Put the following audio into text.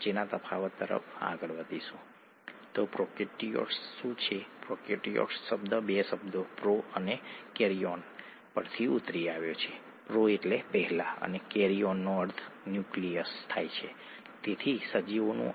બીજક તેના કરતા ઘણું નાનું છે અને બીજકમાં આ ડીએનએ પેક થઈ જાય છે ખરું ને